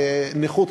נכות,